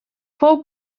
fou